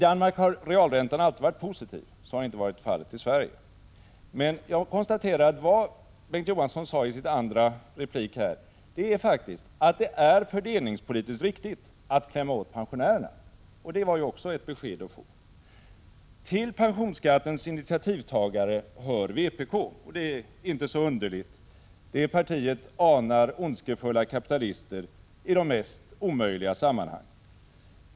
I Danmark har realräntan alltid varit positiv, men så har inte varit fallet här hemma. Jag konstaterar att det som Bengt K. Å. Johansson sade i sin andra replik innebär att det är fördelningspolitiskt riktigt att klämma åt pensionärerna. Det var också ett besked att få! Till pensionsskattens initiativtagare hör vpk. Det är inte så underligt — det partiet anar ondskefulla kapitalister i de mest omöjliga sammanhang.